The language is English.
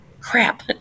crap